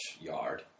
Yard